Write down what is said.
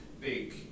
big